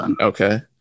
Okay